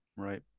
Right